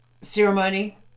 ceremony